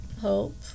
hope